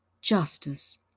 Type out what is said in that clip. justice